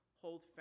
Hold